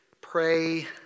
pray